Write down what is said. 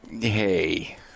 hey